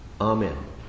Amen